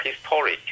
historic